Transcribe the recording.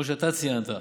כמו שאתה ציינת,